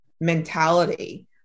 mentality